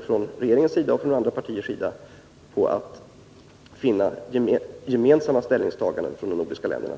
Från regeringens sida och från övriga partiers sida bör därför alla krafter sättas in när det gäller att finna gemensamma ställningstaganden från de nordiska länderna.